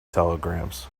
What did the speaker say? telegrams